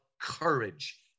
courage